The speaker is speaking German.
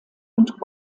und